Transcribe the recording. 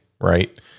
Right